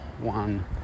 one